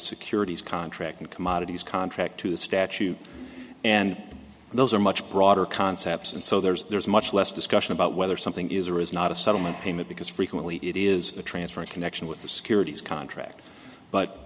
securities contracting commodities contract to the statute and those are much broader concepts and so there's much less discussion about whether something is or is not a settlement payment because frequently it is a transfer in connection with the securities contract but